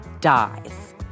dies